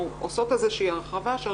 זאת אומרת אנחנו עושות איזו שהיא הרחבה של,